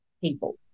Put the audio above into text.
people